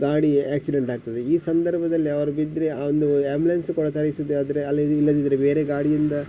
ಗಾಡಿ ಆ್ಯಕ್ಸಿಡೆಂಟ್ ಆಗ್ತದೆ ಈ ಸಂದರ್ಭದಲ್ಲಿ ಅವರು ಬಿದ್ದರೆ ಒಂದು ಆ್ಯಂಬುಲೆನ್ಸ್ ಕೂಡ ತರಿಸಲಿಕ್ಕೆ ಹೋದರೆ ಅಲ್ಲದಿರು ಇಲ್ಲದಿದ್ದರೆ ಬೇರೆ ಗಾಡಿಯಿಂದ